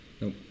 No